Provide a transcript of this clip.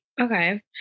Okay